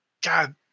God